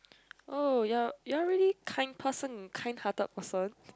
oh your you're really kind person kind hearted person